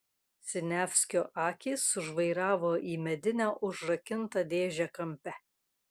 siniavskio akys sužvairavo į medinę užrakintą dėžę kampe